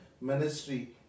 ministry